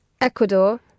Ecuador